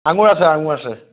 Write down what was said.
আঙুৰ আছে আঙুৰ আছে